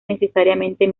necesariamente